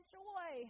joy